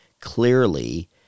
clearly